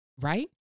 Right